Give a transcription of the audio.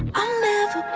i licked